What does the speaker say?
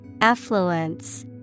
Affluence